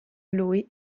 lui